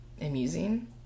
amusing